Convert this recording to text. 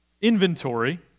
inventory